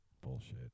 Bullshit